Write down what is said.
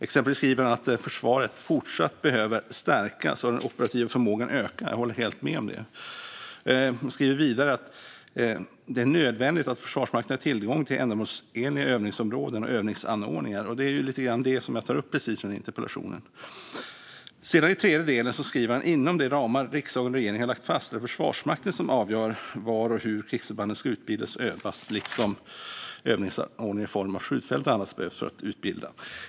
Exempelvis säger han att försvaret fortsatt behöver stärkas och den operativa förmågan öka - jag håller helt med om detta. Han säger vidare att det är nödvändigt att Försvarsmakten har tillgång till ändamålsenliga övningsområden och övningsanordningar. Det är lite grann detta jag tar upp i denna interpellation. I den tredje delen säger han: "Inom de ramar riksdagen och regeringen har lagt fast är det Försvarsmakten som avgör var och hur krigsförbanden ska utbildas och övas liksom vilka övningsanordningar i form av skjutfält och annat som behövs för att kunna utbilda."